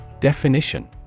Definition